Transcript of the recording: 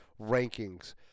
rankings